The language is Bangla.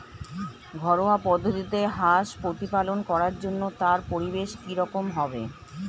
ঘরোয়া পদ্ধতিতে হাঁস প্রতিপালন করার জন্য তার পরিবেশ কী রকম হবে?